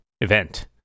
event